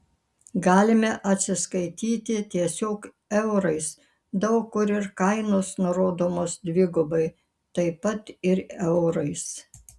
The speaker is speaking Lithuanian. galime atsiskaityti tiesiog eurais daug kur ir kainos nurodomos dvigubai taip pat ir eurais